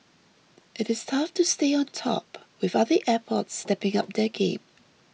it it tough to stay on top with other airports stepping up their game